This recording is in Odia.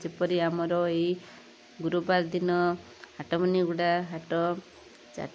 ଯେପରି ଆମର ଏଇ ଗୁରୁବାର ଦିନ ହାଟ ମୁନିଗୁଡ଼ା ହାଟ ଚାଟ୍